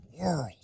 world